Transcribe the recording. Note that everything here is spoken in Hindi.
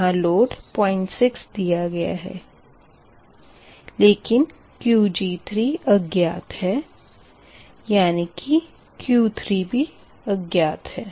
यहाँ लोड 06 दिया गया है लेकिन Qg3 अज्ञात है यानी कि Q3 भी अज्ञात है